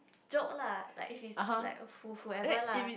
joke lah like if it's like who whoever lah